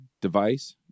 device